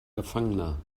gefangener